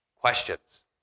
questions